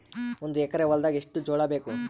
ಒಂದು ಎಕರ ಹೊಲದಾಗ ಎಷ್ಟು ಜೋಳಾಬೇಕು?